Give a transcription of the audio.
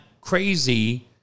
crazy